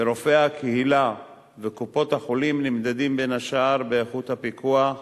ורופאי הקהילה וקופות-החולים נמדדים בין השאר באיכות הפיקוח,